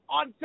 on